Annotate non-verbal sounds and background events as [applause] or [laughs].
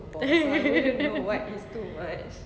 [laughs]